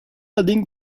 adding